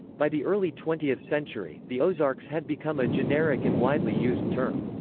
by the early twentieth century, the ozarks had become a generic and widely used term.